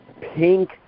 pink